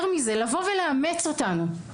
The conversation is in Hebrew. יותר מזה, לבוא ולאמץ אותנו.